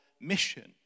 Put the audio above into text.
mission